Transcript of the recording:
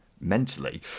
mentally